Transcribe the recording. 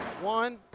one